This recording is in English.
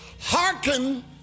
hearken